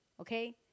okay